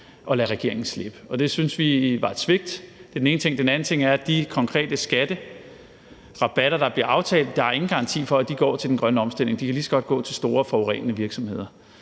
de lader regeringen slippe. Det synes vi var et svigt. Det var den ene ting. For det andet er der ingen garanti for, at de konkrete skatterabatter, der blev aftalt, går til den grønne omstilling; de kan lige så godt gå til store forurenende virksomheder.